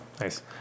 Nice